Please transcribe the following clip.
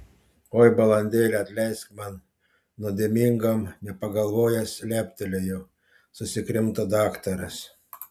oi balandėli atleisk man nuodėmingam nepagalvojęs leptelėjau susikrimto daktaras